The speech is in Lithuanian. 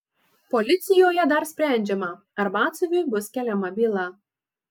policijoje dar sprendžiama ar batsiuviui bus keliama byla